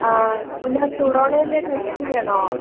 ആ പിന്നെ കോറോണേൻ്റെ ടെസ്റ്റ് ചെയ്യണോ